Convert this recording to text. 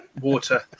water